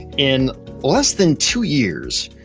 in less than two years,